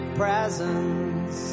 presents